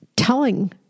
Telling